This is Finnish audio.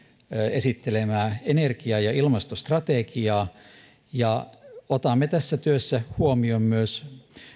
esittelemää energia ja ilmastostrategiaa ja otamme tässä työssä huomioon myös